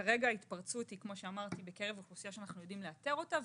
כרגע ההתפרצות היא בקרב אוכלוסייה שאנחנו יודעים לאתר אותה,